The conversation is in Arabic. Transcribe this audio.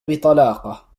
بطلاقة